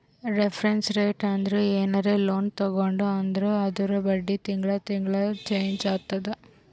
reference rate ಅಂದುರ್ ಏನರೇ loan ತಗೊಂಡಿ ಅಂದುರ್ ಅದೂರ್ ಬಡ್ಡಿ ತಿಂಗಳಾ ತಿಂಗಳಾ ಚೆಂಜ್ ಆತ್ತುದ